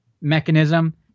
mechanism